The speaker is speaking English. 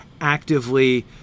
actively